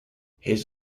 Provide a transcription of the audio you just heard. his